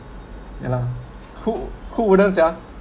ya lah who who wouldn't sia